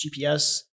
GPS